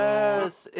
earth